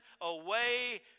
away